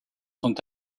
sont